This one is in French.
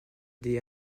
des